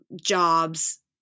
jobs